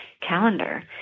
calendar